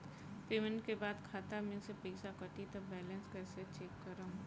Payment के बाद खाता मे से पैसा कटी त बैलेंस कैसे चेक करेम?